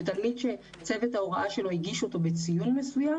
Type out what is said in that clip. תלמיד שצוות ההוראה שלו הגיש אותו בציון מסוים